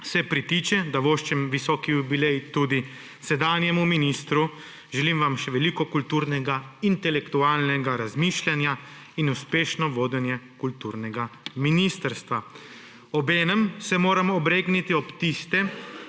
pritiče, da voščim ob visokem jubileju tudi sedanjemu ministru. Želim vam še veliko kulturnega, intelektualnega razmišljanja in uspešno vodenje kulturnega ministrstva. Obenem se moramo obregniti ob tiste,